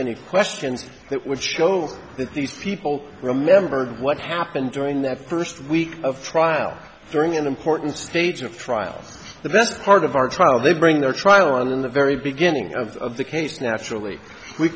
any questions that would show that these people remember what happened during their first week of trial during an important stage of trials the best part of our trial they bring their trial on in the very beginning of the case naturally we